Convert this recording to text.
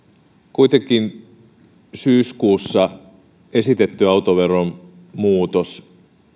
kuitenkin syyskuussa esitetyn autoveron muutoksen